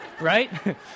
right